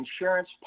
insurance